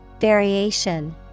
Variation